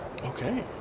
Okay